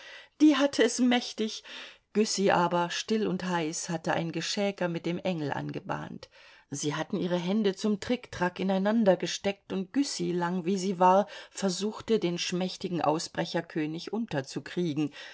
die hatte es mächtig güssy aber still und heiß hatte ein geschäker mit dem engel angebahnt sie hatten ihre hände zum tric trac ineinandergesteckt und güssy lang wie sie war versuchte den schmächtigen ausbrecherkönig unterzukriegen